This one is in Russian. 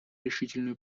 решительную